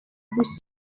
bushya